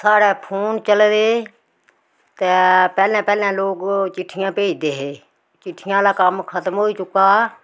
साढ़ै फोन चले दे ते पैह्लें पैह्लें लोक चिट्ठियां भेजदे हे चिट्ठियें आह्ला कम्म खतम होई चुका